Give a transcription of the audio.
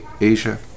asia